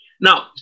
Now